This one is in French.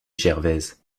gervaise